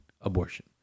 abortion